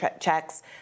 checks